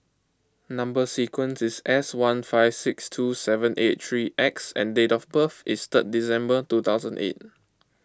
Number Sequence is S one five six two seven eight three X and date of birth is third December two thousand eight